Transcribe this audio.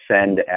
send